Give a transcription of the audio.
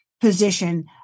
position